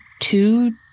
two